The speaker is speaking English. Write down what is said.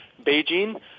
Beijing